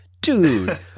dude